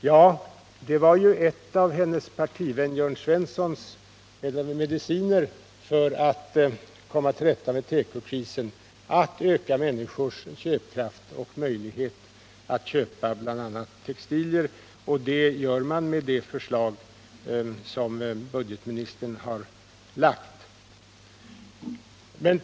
Ja, det var ju en av hennes partiväns Jörn Svensson mediciner för att komma till rätta med tekokrisen, att öka människors möjligheter att köpa bl.a. textilier, och det gör man med det förslag som budgetministern har lagt fram.